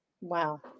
Wow